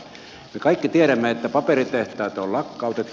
me kaikki tiedämme että paperitehtaita on lakkautettu